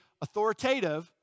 authoritative